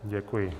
Děkuji.